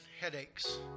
headaches